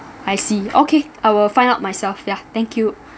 I see okay I will find out myself ya thank you